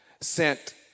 sent